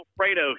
alfredo